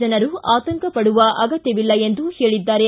ಜನರು ಆತಂಕ ಪಡುವ ಅಗತ್ನವಿಲ್ಲ ಎಂದು ಹೇಳಿದ್ದಾರೆ